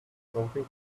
something